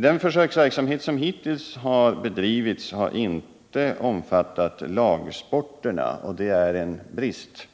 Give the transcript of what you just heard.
Den försöksverksamhet som hittills har bedrivits har inte omfattat lagsporterna, och det är en brist.